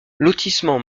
lotissement